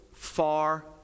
far